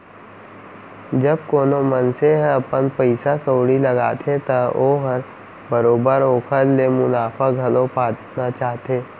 जब कोनो मनसे ह अपन पइसा कउड़ी लगाथे त ओहर बरोबर ओकर ले मुनाफा घलौ पाना चाहथे